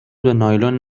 نایلون